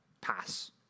pass